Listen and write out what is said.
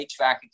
HVAC